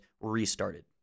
restarted